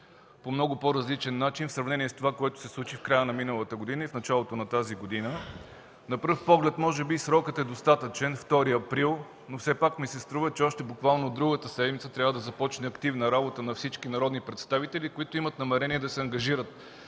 по много по-различен начин в сравнение с това, което се случи в края на миналата и началото на тази година. На пръв поглед може би срокът е достатъчен – 2 април, но все пак ми се струва, че още буквално другата седмица трябва да започне активна работа на всички народни представители, които имат намерение да се ангажират